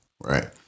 Right